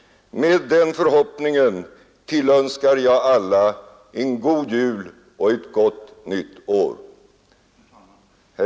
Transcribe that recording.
Med den förhoppningen tillönskar jag alla en god jul och ett gott nytt år.